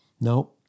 No